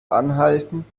anhalten